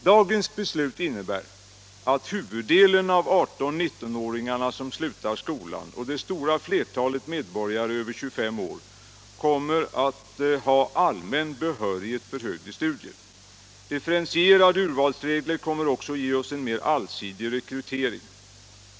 Dagens beslut innebär att huvuddelen av 18-19-åringarna som slutar skolan och det stora flertalet medborgare över 25 år kommer att ha allmän behörighet för högre studier. Differentierade urvalsregler kommer också att ge oss en mer allsidig rekrytering.